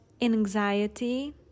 anxiety